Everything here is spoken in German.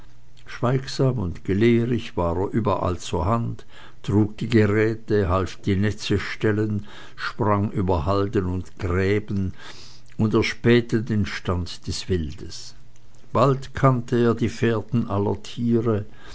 schweigsam und gelehrig war er überall zur hand trug die geräte half die netze stellen sprang über halden und gräben und erspähte den stand des wildes bald kannte er die fährten aller tiere